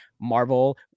Marvel